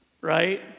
right